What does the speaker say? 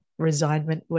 resignment